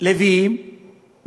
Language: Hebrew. בנושא הזה, מתעמק קצת יותר זמן.